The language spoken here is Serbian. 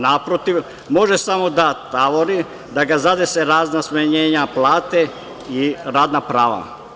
Naprotiv, može samo da tavori, da ga zadese razna smanjenja plate i radna prava.